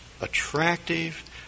attractive